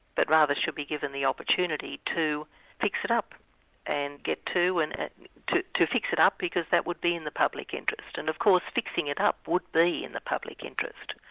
but rather should be given the opportunity to fix it up and get to. and to to fix it up because that would be in the public interest. and of course fixing it up would be in the public interest.